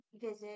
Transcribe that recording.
visit